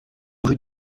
rue